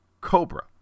cobra